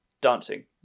dancing